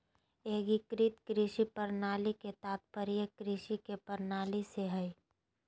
एग्रीकृत कृषि प्रणाली के तात्पर्य कृषि के प्रणाली से हइ